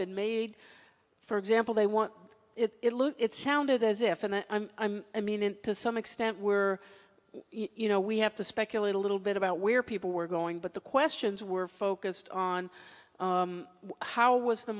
been made for example they want it it sounded as if and i'm i'm i mean to some extent were you know we have to speculate a little bit about where people were going but the questions were focused on how was the